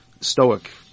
stoic